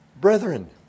Brethren